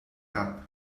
cap